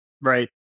right